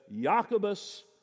Jacobus